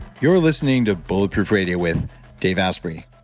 you're listening to bulletproof radio with dave asprey.